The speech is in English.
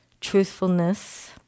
truthfulness